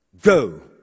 go